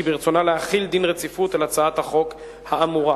כי ברצונה להחיל דין רציפות על הצעת החוק האמורה.